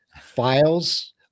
files